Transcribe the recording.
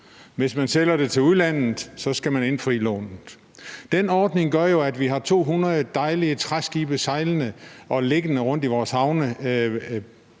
hvis man sælger det til udlandet, skal man indfri lånet. Den ordning gør jo, at vi har 200 dejlige træskibe sejlende og liggende rundt i vores havne